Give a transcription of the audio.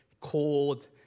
cold